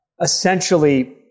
essentially